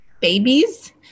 babies